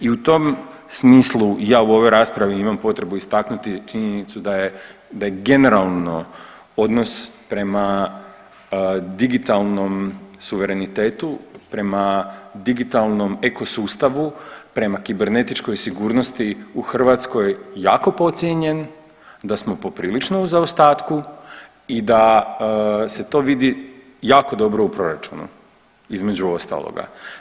I u tom smislu ja u ovoj raspravi imamo potrebu istaknuti činjenicu da je generalno odnos prema digitalnom suverenitetu, prema digitalnom eko sustavu prema kibernetičkoj sigurnosti u Hrvatskoj jako podcijenjen, da smo poprilično u zaostatku i da se to vidi jako dobro u proračunu između ostaloga.